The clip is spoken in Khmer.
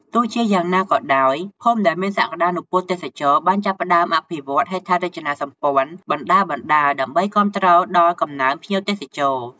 ទោះជាយ៉ាងណាក៏ដោយ ភូមិដែលមានសក្តានុពលទេសចរណ៍បានចាប់ផ្តើមអភិវឌ្ឍហេដ្ឋារចនាសម្ព័ន្ធបណ្តើរៗ ដើម្បីគាំទ្រដល់កំណើនភ្ញៀវទេសចរ។